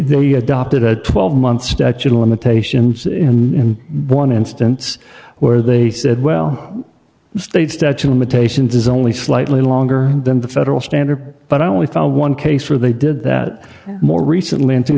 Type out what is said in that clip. slightly adopted a twelve month statute of limitations in one instance where they said well state statute imitation does only slightly longer than the federal standard but i only found one case where they did that more recently in two